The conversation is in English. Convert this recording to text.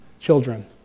children